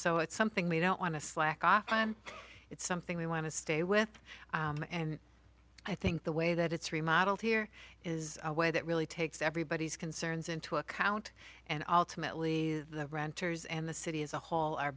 so it's something we don't want to slack off it's something we want to stay with and i think the way that it's remodeled here is a way that really takes everybody's concerns into account and ultimately the renters and the city as a whole